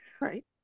Right